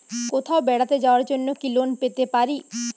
কোথাও বেড়াতে যাওয়ার জন্য কি লোন পেতে পারি?